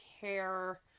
care